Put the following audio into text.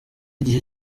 igihe